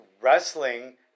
wrestling